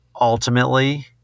ultimately